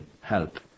help